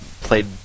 played